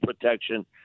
protection